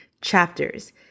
chapters